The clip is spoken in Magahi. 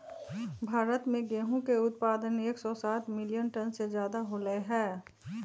भारत में गेहूं के उत्पादन एकसौ सात मिलियन टन से ज्यादा होलय है